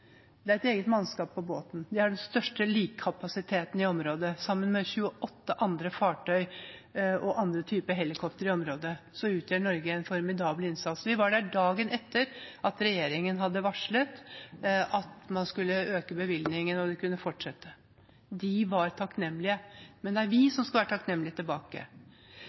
Det er et eget mannskap på båten. De har den største kapasiteten i området til å ta imot døde, og sammen med 28 andre fartøy og helikoptre i området gjør Norge en formidabel innsats. Vi var der dagen etter at regjeringen hadde varslet at man skulle øke bevilgningene og de kunne fortsette. De var takknemlige, men det er vi som skal være takknemlige tilbake.